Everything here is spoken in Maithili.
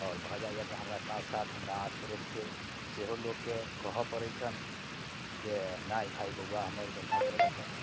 आओर भऽ जाइया तऽ हमरा साथ साथ हमर आस पड़ोसके लोककेँ सेहो कहऽ पड़ैत छनि जे नहि भाय बौआ हमर बढ़िआँ कयलक हँ